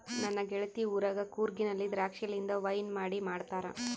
ನನ್ನ ಗೆಳತಿ ಊರಗ ಕೂರ್ಗಿನಲ್ಲಿ ದ್ರಾಕ್ಷಿಲಿಂದ ವೈನ್ ಮಾಡಿ ಮಾಡ್ತಾರ